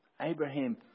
Abraham